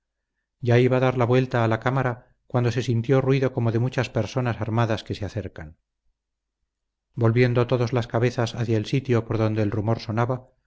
ya iba a dar la vuelta a la cámara cuando se sintió ruido como de muchas personas armadas que se acercan volviendo todos las cabezas hacia el sitio por donde el rumor sonaba